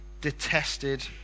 detested